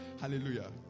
Hallelujah